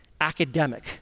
academic